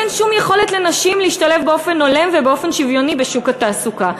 אין שום יכולת לנשים להשתלב באופן הולם ובאופן שוויוני בשוק התעסוקה.